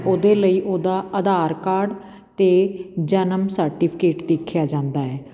ਉਹਦੇ ਲਈ ਉਹਦਾ ਆਧਾਰ ਕਾਰਡ ਅਤੇ ਜਨਮ ਸਰਟੀਫਿਕੇਟ ਦੇਖਿਆ ਜਾਂਦਾ ਹੈ